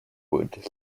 wood